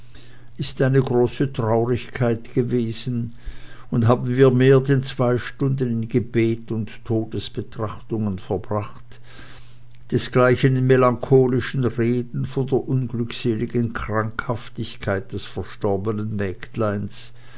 ist eine große traurigkeit gewesen und haben wir mehr denn zwei stunden in gebeth und todesbetrachtungen verbracht desgleichen in melancolischen reden von der unglückseligen krankhaftigkeit des verstorbenen mägdleins